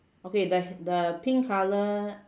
okay the the pink colour